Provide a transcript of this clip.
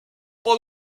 pas